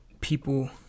people